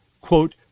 quote